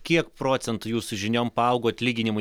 kiek procentų jūsų žiniom paaugo atlyginimai